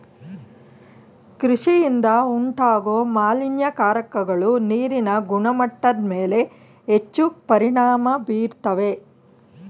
ಕೃಷಿಯಿಂದ ಉಂಟಾಗೋ ಮಾಲಿನ್ಯಕಾರಕಗಳು ನೀರಿನ ಗುಣಮಟ್ಟದ್ಮೇಲೆ ಹೆಚ್ಚು ಪರಿಣಾಮ ಬೀರ್ತವೆ